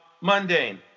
Mundane